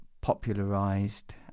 popularized